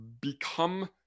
become